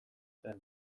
zen